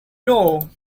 know